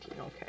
okay